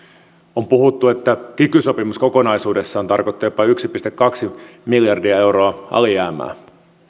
on puhuttu että kiky sopimus kokonaisuudessaan tarkoittaa jopa yksi pilkku kaksi miljardia euroa alijäämää